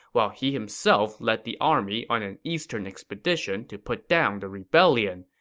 while he himself led the army on an eastern expedition to put down the rebellion,